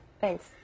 Thanks